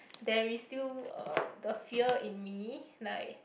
there is still uh the fear in me like